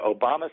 Obama